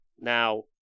Now